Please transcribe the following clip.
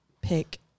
pick